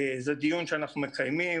זה דיון שאנחנו מקיימים,